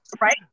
Right